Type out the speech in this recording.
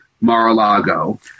Mar-a-Lago